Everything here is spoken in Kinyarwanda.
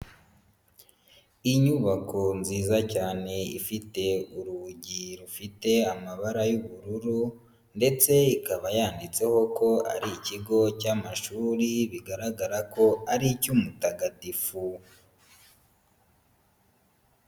Inyubako nziza cyane ifite urugi rufite amabara y'ubururu ndetse ikaba yanditseho ko ari ikigo cy'amashuri bigaragara ko ari icy'umutagatifu.